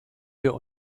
wir